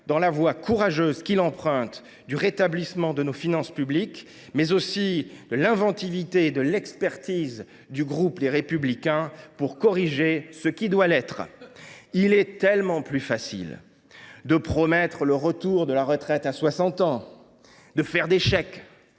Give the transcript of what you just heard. dans la voie courageuse qu’il emprunte du rétablissement de nos finances publiques, mais aussi de l’inventivité et de l’expertise du groupe Les Républicains pour corriger ce qui doit l’être. Il est tellement plus facile de promettre le retour de la retraite à 60 ans, de faire des chèques